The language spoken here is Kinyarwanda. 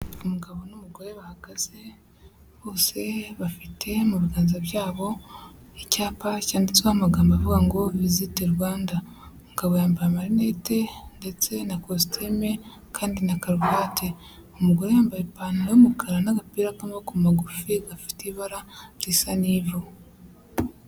Umugabo n'umugore bahagaze, bose bafite mu biganza byabo icyapa cyanditsweho amagambo avuga ngo ''Visit Rwanda'' umugabo yambaye amarinete ndetse na kostime, kandi na karuvati, umugore yambaye ipantaro y'umukara n'agapira k'amaboko magufi gafite ibara risa n'ivu.